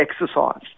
exercise